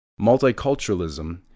multiculturalism